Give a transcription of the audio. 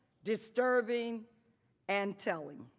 disturbing and telling.